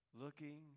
looking